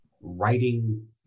writing